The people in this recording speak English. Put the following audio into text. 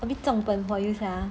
abit 重本 for you sia